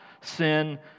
sin